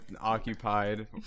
occupied